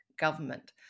government